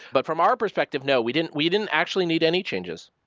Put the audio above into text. but from our perspective, no. we didn't we didn't actually need any changes.